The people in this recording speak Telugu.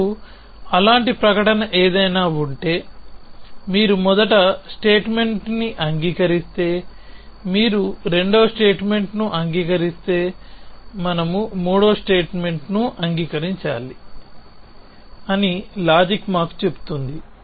మీకు అలాంటి ప్రకటన ఏదైనా ఉంటే మీరు మొదటి స్టేట్మెంట్ను అంగీకరిస్తే మీరు రెండవ స్టేట్మెంట్ను అంగీకరిస్తే మనము మూడవ స్టేట్మెంట్ను అంగీకరించాలి అని లాజిక్ మాకు చెబుతుంది